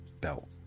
belt